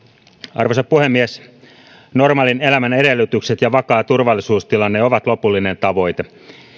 arvoisa puhemies normaalin elämän edellytykset ja vakaa turvallisuustilanne ovat lopullinen tavoite